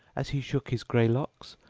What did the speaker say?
as he shook his grey locks,